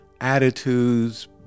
attitudes